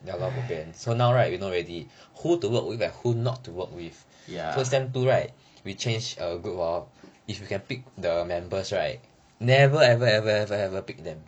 ya